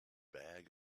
bag